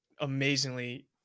amazingly